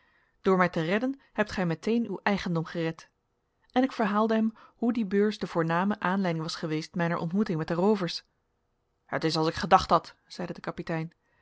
door mij te redden hebt gij meteen uw eigendom gered en ik verhaalde hem hoe die beurs de voorname aanleiding was geweest mijner ontmoeting met de roovers het is als ik gedacht had zeide de kapitein